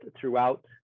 throughout